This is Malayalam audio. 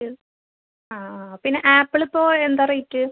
ഇത് ആ ആ പിന്നെ ആപ്പിൾ ഇപ്പോൾ എന്താണ് റേറ്റ്